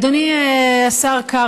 אדוני השר קרא,